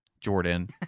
Jordan